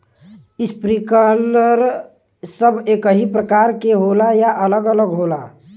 Sprinkler सब एकही प्रकार के होला या अलग अलग होला?